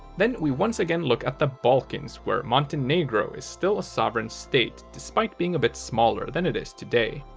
then we once again look at the balkans, where montenegro is still a sovereign state, despite being a bit smaller than it is today.